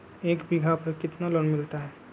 एक बीघा पर कितना लोन मिलता है?